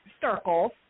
circles